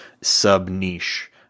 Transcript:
sub-niche